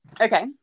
Okay